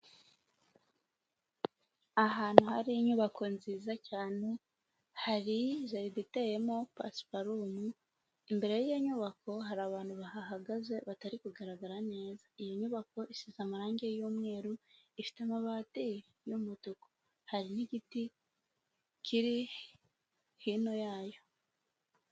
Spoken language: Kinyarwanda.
Ahantu hari inyubako nziza cyane hari jaride iteyemo pasparoum imbere y'iyo nyubako hari abantu bahagaze batari kugaragara neza iyo nyubako isize amarangi y'umweru ifite amabate y'umutuku hari n'igiti kiri hino yayo.